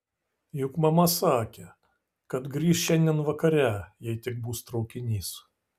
juk mama sakė kad grįš šiandien vakare jei tik bus traukinys